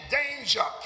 danger